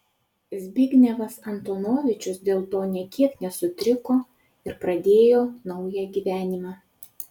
zbignevas antonovičius dėl to nė kiek nesutriko ir pradėjo naują gyvenimą